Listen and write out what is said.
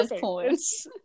points